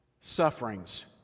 sufferings